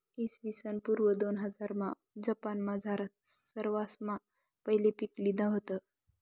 इसवीसन पूर्व दोनहजारमा जपानमझार सरवासमा पहिले पीक लिधं व्हतं